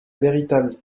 véritable